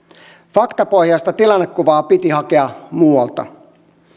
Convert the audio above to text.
faktapohjaista tilannekuvaa piti hakea muualta